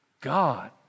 God